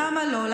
למה לא?